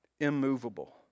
immovable